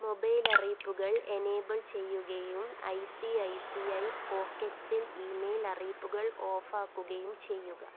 mobile അറിയിപ്പുകൾ enable ചെയ്യുകയും I C I C I പോക്കറ്റ്സിൽ ഇമെയിൽ അറിയിപ്പുകൾ ഓഫാക്കുകയും ചെയ്യുക